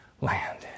land